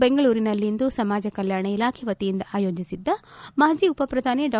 ಅವರು ಬೆಂಗಳೂರಿನಲ್ಲಿಂದು ಸಮಾಜ ಕಲ್ಕಾಣ ಇಲಾಖೆ ವತಿಯಿಂದ ಅಯೋಜಿಸಿದ್ದ ಮಾಜಿ ಉಪ ಪ್ರಧಾನಿ ಡಾ